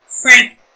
Frank